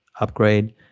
upgrade